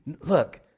look